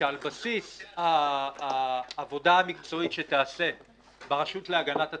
שעל בסיס העבודה המקצועית שתיעשה ברשות להגנת הצרכן,